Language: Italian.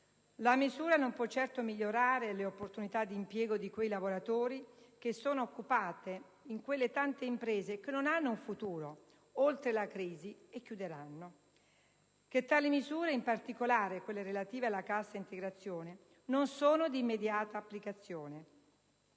La misura non può certo migliorare le opportunità di impiego di quei lavoratori che sono occupati in quelle tante imprese che non hanno un futuro oltre la crisi e chiuderanno. Rilevo ancora che tali misure, in particolare quelle relative alla cassa integrazione, non sono di immediata applicazione.